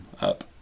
up